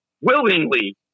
willingly